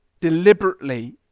deliberately